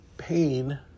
Pain